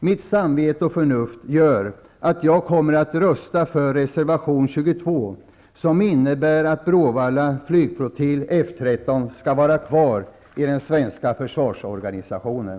Mitt samvete och förnuft gör att jag kommer att rösta för reservation 22, som innebär att Bråvalla flygflottilj, F 13, skall vara kvar i den svenska försvarsorganisationen.